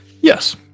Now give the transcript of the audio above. Yes